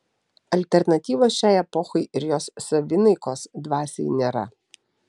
alternatyvos šiai epochai ir jos savinaikos dvasiai nėra